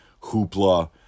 hoopla